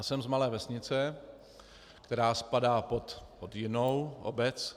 Jsem z malé vesnice, která spadá pod jinou obec.